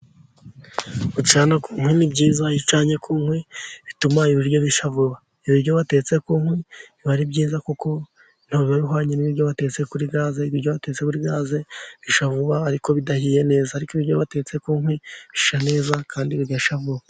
Gucana ku nkwi ni byiza. Iyo ucanye ku nkwi bituma ibiryo bishya vuba. Ibiryo batetse ku nkwi biba ari byiza kuko ntibiba bihwanye n'ibiryo batetse kuri gaze. Ibiryo batetsekuri gaze bishya vuba ariko bidahiye neza. Ariko ibiryo batetse ku nkwi bishya neza kandi bigashya vuba.